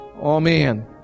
Amen